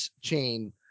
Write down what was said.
chain